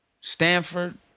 stanford